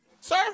sir